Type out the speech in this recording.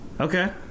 Okay